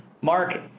Mark